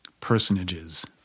personages